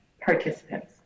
participants